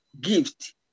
gift